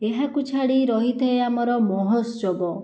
ଏହାକୁ ଛାଡ଼ି ରହିଥାଏ ଆମର ମହୋତ୍ସବ